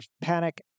Panic